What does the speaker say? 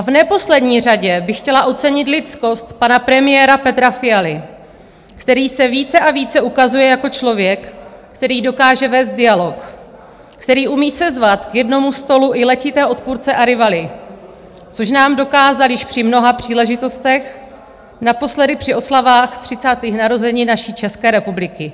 V neposlední řadě by chtěla ocenit lidskost pana premiéra Petra Fialy, který se více a více ukazuje jako člověk, který dokáže vést dialog, který umí sezvat k jednomu stolu i letité odpůrce a rivaly, což nám dokázal již při mnoha příležitostech, naposledy při oslavách třicátých narozenin naší České republiky.